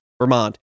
Vermont